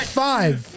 five